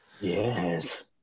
Yes